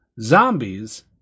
zombies